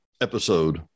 episode